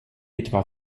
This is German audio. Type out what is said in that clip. etwa